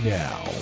now